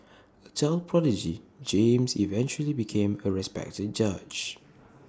A child prodigy James eventually became A respected judge